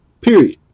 period